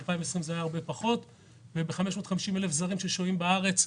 וכן ב-550,000 זרים ששוהים בארץ.